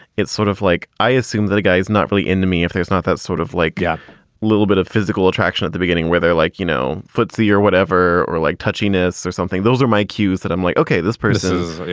it's sort of like i assumed that a guy is not really into me if there's not that sort of like a yeah little bit of physical attraction at the beginning where they're like, you know, footsy or whatever or like touchiness or something, those are my cues that i'm like, okay, this person is you